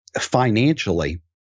financially